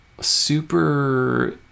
super